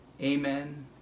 Amen